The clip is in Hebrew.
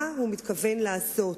מה הוא מתכוון לעשות?